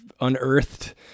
unearthed